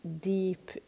deep